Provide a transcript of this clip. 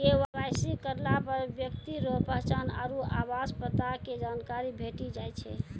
KYC करलापर ब्यक्ति रो पहचान आरु आवास पता के जानकारी भेटी जाय छै